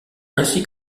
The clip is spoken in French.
ainsi